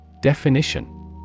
Definition